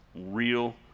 real